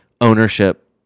ownership